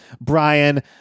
brian